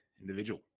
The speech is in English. individual